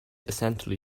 essentially